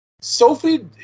Sophie